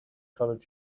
colored